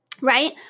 right